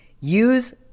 use